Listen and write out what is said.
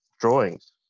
drawings